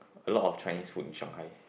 a lot of Chinese food in Shanghai